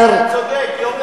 להשתחרר, אתה צודק, יום למחרת.